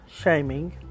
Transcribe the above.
shaming